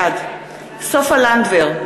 בעד סופה לנדבר,